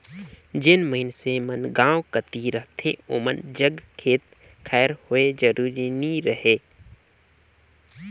जेन मइनसे मन गाँव कती रहथें ओमन जग खेत खाएर होए जरूरी नी रहें